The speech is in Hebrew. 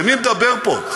ומי מדבר פה?